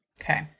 Okay